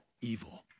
evil